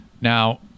now